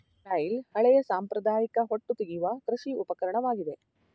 flail ಹಳೆಯ ಸಾಂಪ್ರದಾಯಿಕ ಹೊಟ್ಟು ತೆಗೆಯುವ ಕೃಷಿ ಉಪಕರಣವಾಗಿದೆ